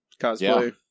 Cosplay